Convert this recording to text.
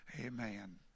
Amen